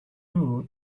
rule